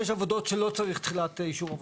ראשית יש מסלול קיים של תמ"א 38 של הריסה.